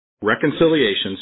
Reconciliations